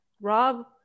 Rob